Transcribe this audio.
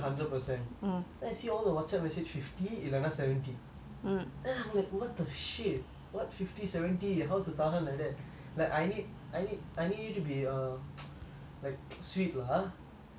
then I see all the WhatsApp message fifty இல்லைனா:ilainaa seventy then I'm like what the shit what fifty seventy how to tahan like that like I need I need I need you to be err like sweet lah !huh!